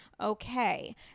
Okay